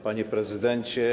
Panie Prezydencie!